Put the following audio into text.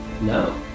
No